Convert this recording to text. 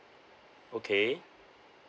okay